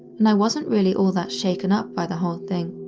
and i wasn't really all that shaken up by the whole thing.